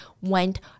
went